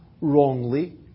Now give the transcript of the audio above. wrongly